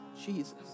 Jesus